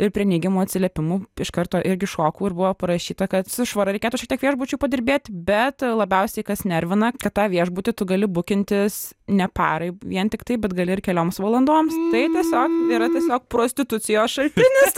ir prie neigiamų atsiliepimų iš karto irgi šoku ir buvo parašyta kad su švara reikėtų šiek tiek viešbučiui padirbėti bet labiausiai kas nervina kad tą viešbutį tu gali bukintis ne parai vien tik tai bet gali ir kelioms valandoms tai tiesiog yra tiesiog prostitucijos šaltinis